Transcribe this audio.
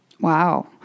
Wow